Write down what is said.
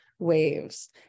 waves